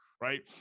right